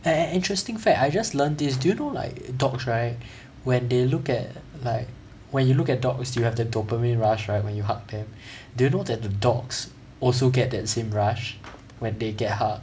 an an interesting fact I just learnt this do you know like dogs right when they look at like when you look at dogs you have the dopamine rush right when you hug them do you know that the dogs also get that same rush when they get hugged